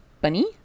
Bunny